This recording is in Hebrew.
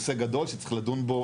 נושא גדול שצריך לדון בו,